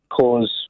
cause